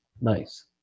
Nice